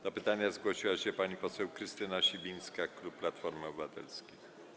Do pytania zgłosiła się pani poseł Krystyna Sibińska, klub Platformy Obywatelskiej.